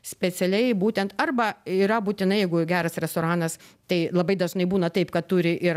specialiai būtent arba yra būtinai jeigu geras restoranas tai labai dažnai būna taip kad turi ir